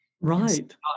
Right